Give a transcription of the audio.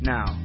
Now